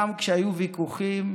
גם כשהיו ויכוחים,